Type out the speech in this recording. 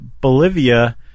Bolivia